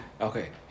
Okay